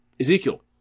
Ezekiel